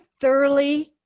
thoroughly